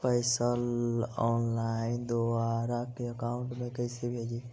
पैसा ऑनलाइन दूसरा के अकाउंट में कैसे भेजी?